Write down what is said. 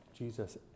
Jesus